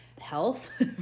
health